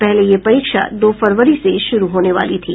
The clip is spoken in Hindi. पहले यह परीक्षा दो फरवरी से शुरू होने वाली थी